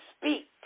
speak